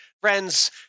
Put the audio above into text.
friends